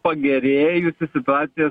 pagerėjusi situacija